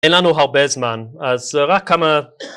אין לנו הרבה זמן, אז רק כמה